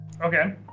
Okay